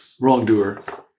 Wrongdoer